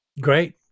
Great